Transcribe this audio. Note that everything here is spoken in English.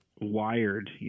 wired